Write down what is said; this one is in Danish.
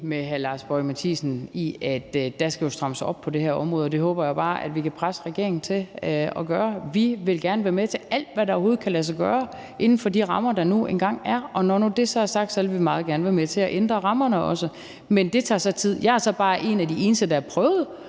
er fuldstændig enig med hr. Lars Boje Mathiesen i, at der jo skal strammes op på det her område, og det håber jeg bare vi kan presse regeringen til at gøre. Vi vil gerne være med til alt, hvad der overhovedet kan lade sig gøre inden for de rammer, der nu engang er, og når det så er sagt, vil vi meget gerne være med til også at ændre rammerne, men det tager så tid. Jeg er så bare en af de eneste, der har prøvet